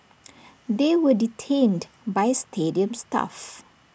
they were detained by stadium staff